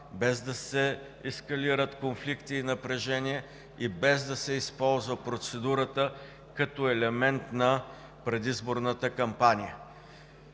без да се ескалират конфликти и напрежения и без да се използва процедурата като елемент на предизборната кампания.